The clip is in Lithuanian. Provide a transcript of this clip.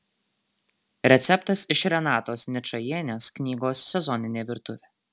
receptas iš renatos ničajienės knygos sezoninė virtuvė